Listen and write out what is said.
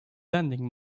lending